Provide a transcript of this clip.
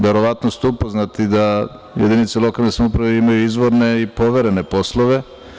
Verovatno ste upoznati da jedinice lokalne samouprave imaju izvorne i poverene poslove.